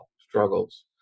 struggles